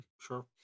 Sure